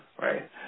right